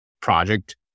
project